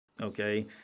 Okay